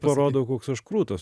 parodau koks aš krūtas